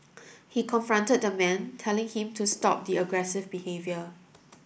he confronted the man telling him to stop the aggressive behaviour